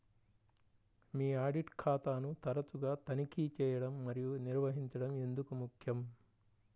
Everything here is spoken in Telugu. మీ ఆడిట్ ఖాతాను తరచుగా తనిఖీ చేయడం మరియు నిర్వహించడం ఎందుకు ముఖ్యం?